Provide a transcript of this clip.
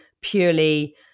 purely